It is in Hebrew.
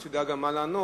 כדי שתדע גם מה לענות,